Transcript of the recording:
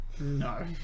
No